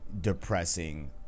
depressing